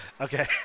Okay